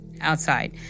outside